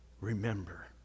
remember